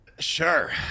Sure